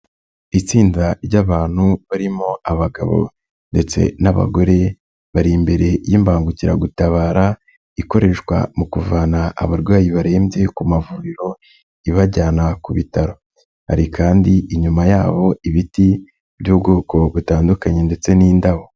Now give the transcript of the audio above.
Itsinda ry'abantu barimo abagabo ndetse n'abagore, bari imbere y'imbangukiragutabara, ikoreshwa mu kuvana abarwayi barembye ku mavuriro, ibajyana ku bitaro. Hari kandi inyuma yabo ibiti by'ubwoko butandukanye ndetse n'indabo.